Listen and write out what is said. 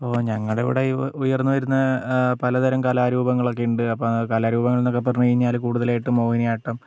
ഓ ഞങ്ങളുടെ ഇവിടെ ഉയർന്നു വരുന്ന പലതരം കലാരൂപങ്ങള് ഒക്കേ ഉണ്ട് അപ്പം കലാരൂപങ്ങൾ എന്നൊക്കെ പറഞ്ഞു കഴിഞ്ഞാൽ കൂടുതലായിട്ടും മോഹിനിയാട്ടം